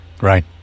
Right